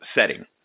setting